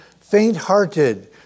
faint-hearted